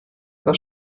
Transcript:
über